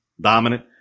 dominant –